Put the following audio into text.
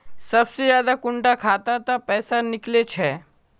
सबसे ज्यादा कुंडा खाता त पैसा निकले छे?